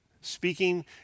speaking